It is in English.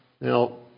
Now